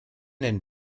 den